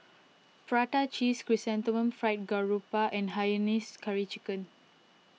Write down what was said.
Prata Cheese Chrysanthemum Fried Garoupa and Hainanese Curry Chicken